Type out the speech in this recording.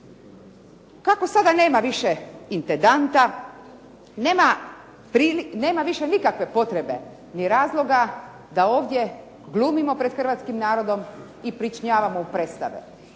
Kako sada nema više intendanta, nema više nikakve potrebe ni razloga da ovdje glumimo pred hrvatskim narodom i …/Govornica